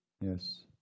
Yes